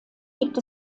gibt